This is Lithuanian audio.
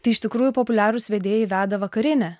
tai iš tikrųjų populiarūs vedėjai veda vakarinę